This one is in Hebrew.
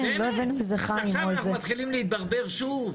כן --- ועכשיו אנחנו מתחילים להתברבר שוב?